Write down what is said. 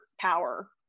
power